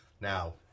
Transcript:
now